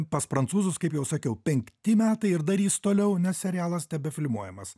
pas prancūzus kaip jau sakiau penkti metai ir darys toliau nes serialas tebefilmuojamas